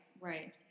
right